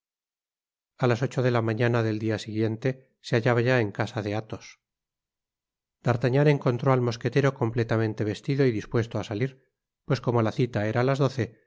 a las ocho de la mañana del dia siguiente se hallaba ya en casa de athos d'artagnan encontró al mosquetero completamente vestido y dispuesto á salir pues como la cita era á las doce